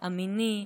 המיני,